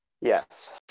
Yes